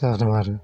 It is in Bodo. जादों आरो